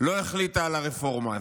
לא החליטה על הרפורמה הזאת.